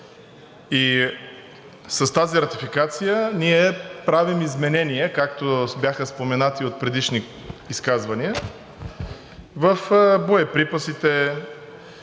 с тази ратификация ние правим изменение, както бяха споменати от предишни изказвания, в боеприпасите,